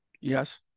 Yes